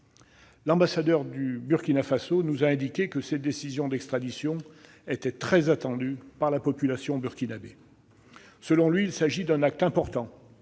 L'ambassadeur du Burkina Faso nous a indiqué que cette décision d'extradition était très attendue par la population burkinabée. Selon lui, il s'agit d'un acte important,